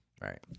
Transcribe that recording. Right